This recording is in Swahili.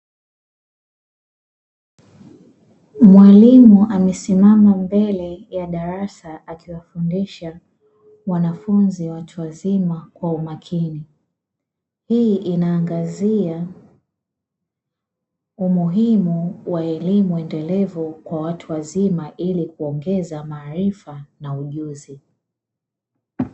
Mwalimu amesimama mbele ya darasa akiwafundisha wanafunzi watu wazima kwa umakini. Hii inaangazia umuhimu wa elimu endelevu kwa watu wazima ili kuongeza maarifa na ujuzi.